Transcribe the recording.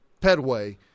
Pedway